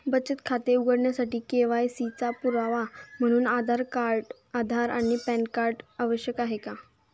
बचत खाते उघडण्यासाठी के.वाय.सी चा पुरावा म्हणून आधार आणि पॅन कार्ड आवश्यक आहे